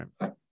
right